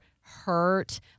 hurt